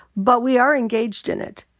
but we are engaged in it,